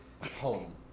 home